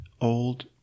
old